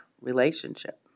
relationship